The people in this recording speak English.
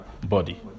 body